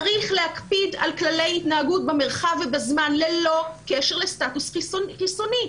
צריך להקפיד על כללי התנהגות במרחב ובזמן ללא קשר לסטטוס חיסוני.